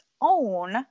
own